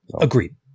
agreed